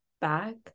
back